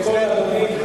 אצלנו,